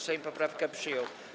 Sejm poprawkę przyjął.